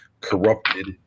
corrupted